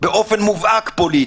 באופן מובהק פוליטי.